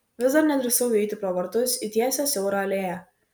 vis dar nedrįsau įeiti pro vartus į tiesią siaurą alėją